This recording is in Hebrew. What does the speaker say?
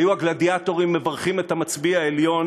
היו הגלדיאטורים מברכים את המצביא העליון